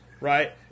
right